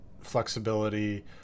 flexibility